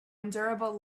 endurable